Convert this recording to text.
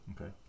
Okay